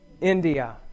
India